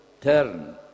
turn